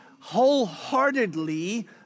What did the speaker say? wholeheartedly